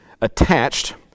attached